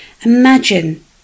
Imagine